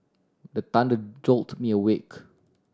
the thunder jolt me awake